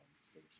station